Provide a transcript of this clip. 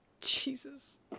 Jesus